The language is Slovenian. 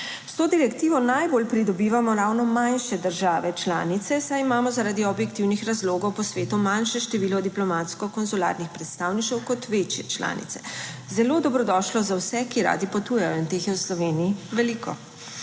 S to direktivo najbolj pridobivamo ravno manjše države članice, saj imamo zaradi objektivnih razlogov po svetu manjše število diplomatsko konzularnih predstavništev kot večje članice, zelo dobrodošlo za vse, ki radi potujejo, in teh je v Sloveniji veliko.